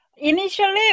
Initially